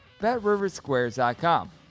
BetRiverSquares.com